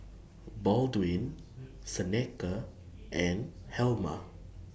Baldwin Seneca and Helma